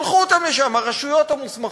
שלחו אותם לשם, הרשויות המוסמכות,